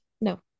no